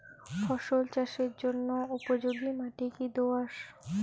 ফসল চাষের জন্য উপযোগি মাটি কী দোআঁশ?